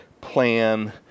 plan